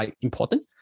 important